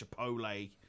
Chipotle